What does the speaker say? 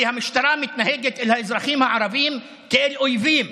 כי המשטרה מתנהגת לאזרחים הערבים כאל אויבים.